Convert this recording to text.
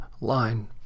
line